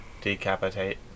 Decapitate